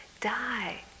die